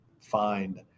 find